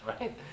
right